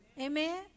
Amen